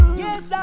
yes